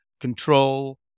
control